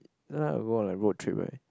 sometime I go on a road trip right